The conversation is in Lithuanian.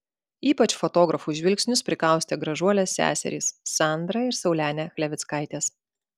ypač fotografų žvilgsnius prikaustė gražuolės seserys sandra ir saulenė chlevickaitės